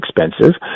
expensive